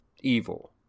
evil